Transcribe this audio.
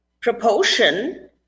proportion